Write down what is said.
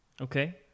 Okay